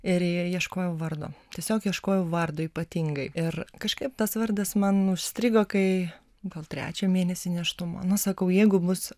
ir jie ieškojo vardo tiesiog ieškojo vardo ypatingai ir kažkaip tas vardas man užstrigo kai gal trečią mėnesį nėštumo nu sakau jeigu bus